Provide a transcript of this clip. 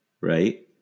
right